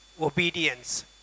obedience